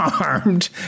armed